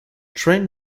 train